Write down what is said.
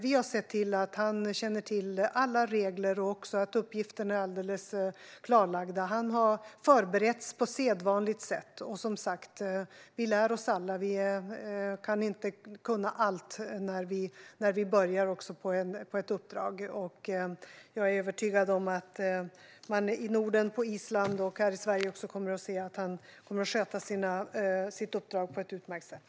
Vi har sett till att han känner till alla regler och att alla uppgifter är helt klarlagda. Han har förberetts på sedvanligt sätt. Och som sagt lär vi oss alla. Vi kan inte förväntas kunna allt när vi påbörjar ett uppdrag. Jag är övertygad om att man i Norden, på Island och här i Sverige kommer att se att han kommer att sköta sitt uppdrag på ett utmärkt sätt.